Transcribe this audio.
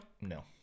No